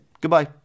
Goodbye